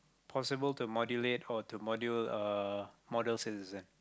possible to modulate or to module a model citizen